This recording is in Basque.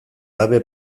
gabe